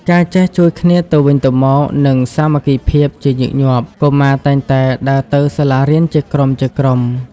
ការចេះជួយគ្នាទៅវិញទៅមក និងសាមគ្គីភាព ជាញឹកញាប់ កុមារតែងតែដើរទៅសាលារៀនជាក្រុមៗ។